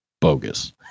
bogus